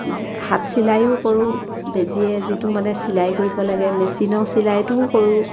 হাত চিলাইও কৰোঁ বেজীয়ে যিটো মানে চিলাই কৰিব লাগে মেচিনৰ চিলাইটোও কৰোঁ